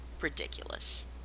ridiculous